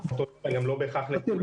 מה עם